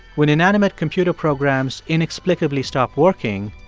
when inanimate computer programs inexplicably stop working,